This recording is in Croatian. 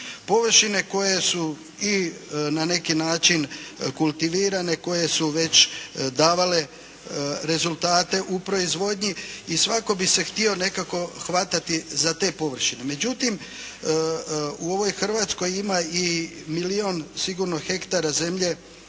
Površine koje su i na neki način kultivirane, koje su već davale rezultate u proizvodnji i svatko bi se htio nekako hvatati za te površine. Međutim, u ovoj Hrvatskoj ima i milijun sigurno hektara zemlje